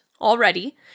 already